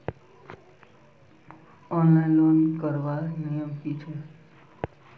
Online loan करवार नियम की छे?